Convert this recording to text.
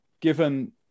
given